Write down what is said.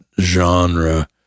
genre